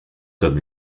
comme